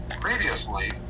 previously